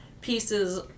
pieces